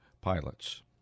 pilots